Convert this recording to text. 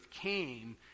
came